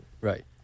right